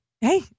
Hey